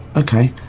okay.